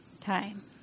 time